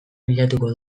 bilatuko